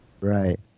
Right